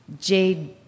Jade